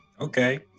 Okay